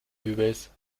übels